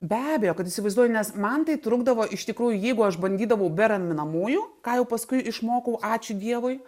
be abejo kad įsivaizduoju nes man tai trukdavo iš tikrųjų jeigu aš bandydavau be raminamųjų ką jau paskui išmokau ačiū dievui